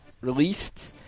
released